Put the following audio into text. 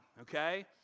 okay